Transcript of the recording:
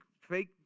fake